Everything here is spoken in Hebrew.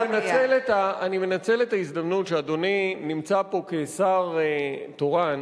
אני מנצל את ההזדמנות שאדוני נמצא פה כשר תורן